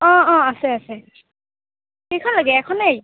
অঁ অঁ আছে আছে কেইখন লাগে এখনেই